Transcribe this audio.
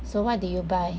so what did you buy